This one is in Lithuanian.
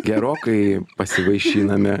gerokai pasivaišiname